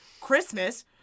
Christmas